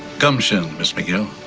gumption miss mcgill.